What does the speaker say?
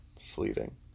Fleeting